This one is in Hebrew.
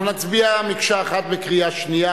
אדוני היושב-ראש,